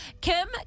Kim